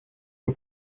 who